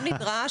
לא נדרש,